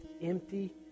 empty